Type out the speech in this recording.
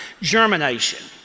germination